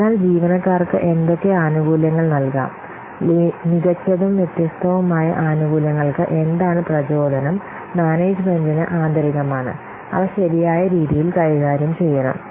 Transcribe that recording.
അതിനാൽ ജീവനക്കാർക്ക് എന്തൊക്കെ ആനുകൂല്യങ്ങൾ നൽകാം മികച്ചതും വ്യത്യസ്തവുമായ ആനുകൂല്യങ്ങൾക്ക് എന്താണ് പ്രചോദനം മാനേജ്മെന്റിന് ആന്തരികമാണ് അവ ശരിയായ രീതിയിൽ കൈകാര്യം ചെയ്യണം